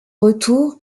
retour